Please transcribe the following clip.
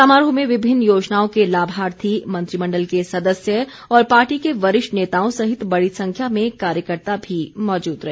समारोह में विभिन्न योजनाओं के लाभार्थी मंत्रिमंडल के सदस्य और पार्टी के वरिष्ठ नेताओं सहित बड़ी संख्या में कार्यकर्त्ता भी मौजूद रहे